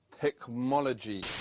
technology